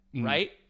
right